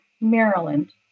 Maryland